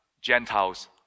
Gentiles